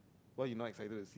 why you not excited to see